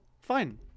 fine